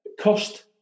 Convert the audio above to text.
cost